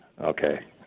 okay